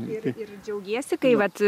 ir ir džiaugiesi kai vat